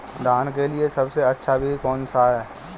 धान के लिए सबसे अच्छा बीज कौन सा है?